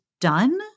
done